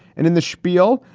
and in the spiel,